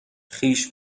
خویش